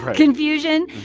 confusion.